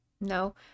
No